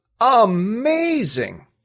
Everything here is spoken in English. amazing